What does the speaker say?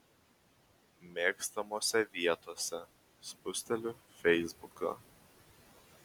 mėgstamose vietose spusteliu feisbuką